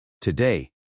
Today